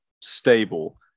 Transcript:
stable